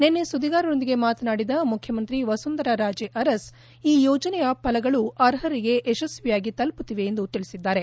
ನೆನ್ನೆ ಸುದ್ದಿಗಾರರೊಂದಿಗೆ ಮಾತನಾಡಿದ ಮುಖ್ಯಮಂತ್ರಿ ವಸುಂಧರಾ ರಾಜೇ ಅರಸ್ ಈ ಯೋಜನೆಗಳ ಫಲಗಳು ಅರ್ಹರಿಗೆ ಯಶಸ್ವಿಯಾಗಿ ತಲುಪುತ್ತಿವೆ ಎಂದು ತಿಳಿಸಿದ್ದಾರೆ